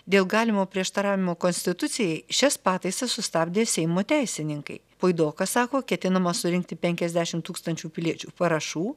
dėl galimo prieštaravimo konstitucijai šias pataisas sustabdė seimo teisininkai puidokas sako ketinama surinkti penkiasdešim tūkstančių piliečių parašų